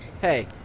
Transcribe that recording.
Hey